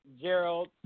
Gerald